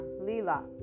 Lila